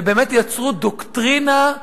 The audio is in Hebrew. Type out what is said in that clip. ובאמת יצרו דוקטרינה,